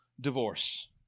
divorce